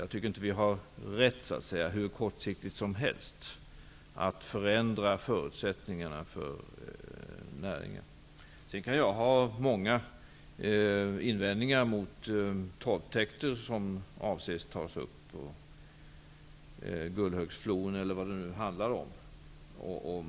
Jag tycker inte att vi har rätt att hur kortsiktigt som helst förändra förutsättningarna för näringen. Sedan kan jag ha många invändningar mot torvtäkter som man avser att ta upp, Gullhögsflon och vad det nu handlar om.